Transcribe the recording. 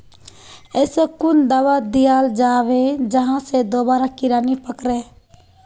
ऐसा कुन दाबा दियाल जाबे जहा से दोबारा कीड़ा नी पकड़े?